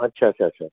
अच्छा अच्छा अच्छा